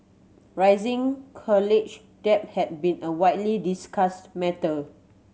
rising college debt had been a widely discussed matter